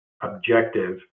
objective